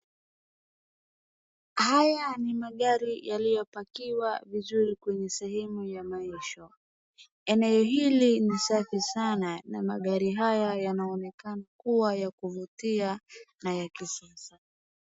Haya ni magari yaliyopakiwa vizuri kwenye sehemu ya maegesho. Eneo hili ni safi sana na magari haya yanaonekana kuwa ya kuvutia na ya kisasa.